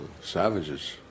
Savages